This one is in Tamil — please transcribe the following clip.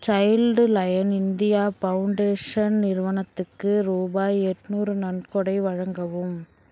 சைல்டு லயன் இந்தியா பவுண்டேஷன் நிறுவனத்துக்கு ரூபாய் எட்நூறு நன்கொடை வழங்கவும்